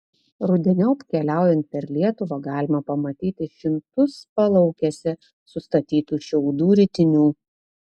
rudeniop keliaujant per lietuvą galima pamatyti šimtus palaukėse sustatytų šiaudų ritinių